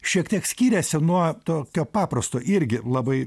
šiek tiek skiriasi nuo tokio paprasto irgi labai